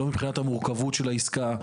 לא מבחינת המורכבות של העסקה.